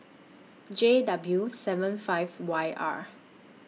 J W seven five Y R